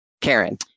Karen